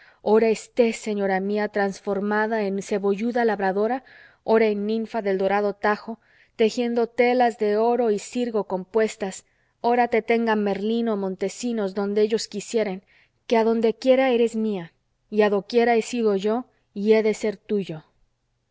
ora estés señora mía transformada en cebolluda labradora ora en ninfa del dorado tajo tejiendo telas de oro y sirgo compuestas ora te tenga merlín o montesinos donde ellos quisieren que adondequiera eres mía y adoquiera he sido yo y he de ser tuyo